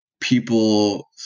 people